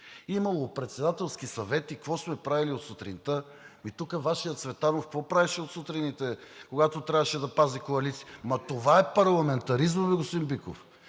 Имало Председателски съвет и какво сме правили от сутринта. Ами тук Вашият Цветанов какво правеше сутрините, когато трябваше да пази коалицията. Това е парламентаризмът, господин Биков,